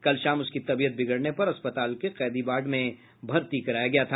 कल शाम उसकी तबीयत बिगड़ने पर अस्पताल के कैदी वार्ड में भर्ती कराया गया था